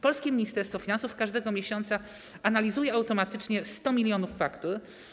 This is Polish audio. Polskie Ministerstwo Finansów każdego miesiąca analizuje automatycznie 100 mln faktur.